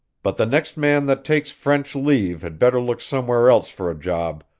but the next man that takes french leave had better look somewhere else for a job,